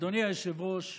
אדוני היושב-ראש,